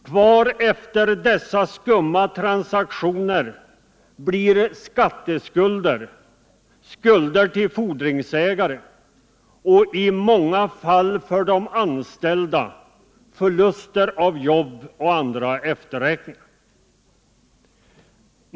Kvar efter dessa skumma transaktioner blir skatteskulder samt skulder till fordringsägare och för de anställda i många fall förlust av jobben och andra efterräkningar.